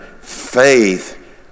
faith